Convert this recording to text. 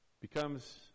becomes